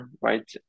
Right